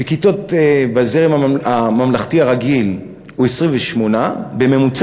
בכיתות בזרם הממלכתי הרגיל הוא 28 בממוצע,